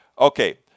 Okay